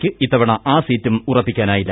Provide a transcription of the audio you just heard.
ക്ക് ഇത്തവണ ആ സീറ്റും ഉറപ്പിക്കാനായില്ല